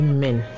Amen